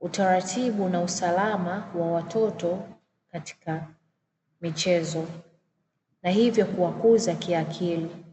utaratibu na usalama wa watoto katika michezo na hivyo kuwakuza kiakili.